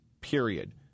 period